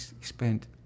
spent